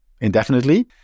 indefinitely